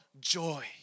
joy